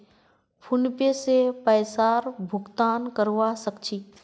PhonePe से पैसार भुगतान करवा सकछी